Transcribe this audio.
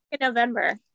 November